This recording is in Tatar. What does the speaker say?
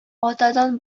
атадан